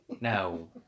No